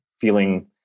feeling